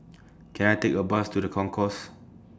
Can I Take A Bus to The Concourse